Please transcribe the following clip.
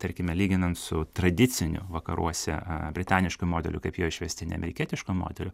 tarkime lyginant su tradiciniu vakaruose a britanišku modeliu kaip jo išvestinė amerikietiško modelio